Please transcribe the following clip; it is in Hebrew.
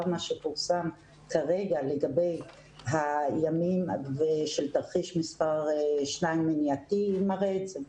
שפורסם כרגע לגבי הימים של תרחיש מספר 2 מראה את זה.